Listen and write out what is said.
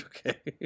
Okay